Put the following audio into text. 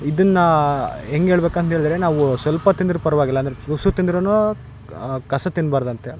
ಇದನ್ನ ಹೆಂಗೆಳ್ಬೇಕ್ ಅಂದೇಳ್ದ್ರೆ ನಾವು ಸ್ವಲ್ಪ ತಿಂದರೂ ಪರವಾಗಿಲ್ಲ ಅಂದರೆ ಉಸು ತಿಂದ್ರುನು ಕಸ ತಿನ್ಬಾರ್ದಂತೆ